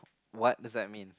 what does that mean